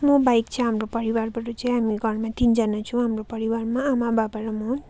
म बाहेक चाहिँ हाम्रो परिवारबाट चाहिँ हामी घरमा तिनजना छौँ हाम्रो परिवारमा आमा बाबा र म